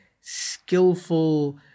skillful